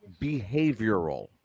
behavioral